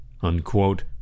unquote